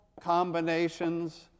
combinations